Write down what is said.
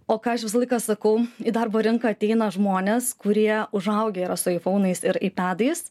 o ką aš visą laiką sakau į darbo rinką ateina žmonės kurie užaugę yra aifounais ie aipedais